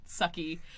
sucky